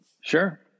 Sure